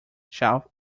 sheath